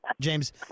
James